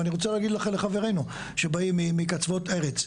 ואני רוצה להגיד לחברנו שבאים מקצוות הארץ,